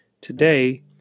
today